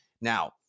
Now